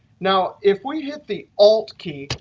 now, if we hit the alt key,